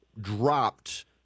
dropped